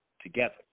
together